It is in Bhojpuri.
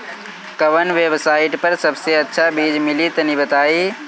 कवन वेबसाइट पर सबसे अच्छा बीज मिली तनि बताई?